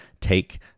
take